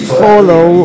follow